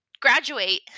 graduate